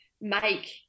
make